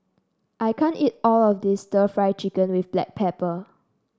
I can't eat all of this stir Fry Chicken with Black Pepper